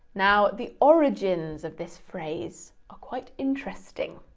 now the origins of this phrase are quite interesting.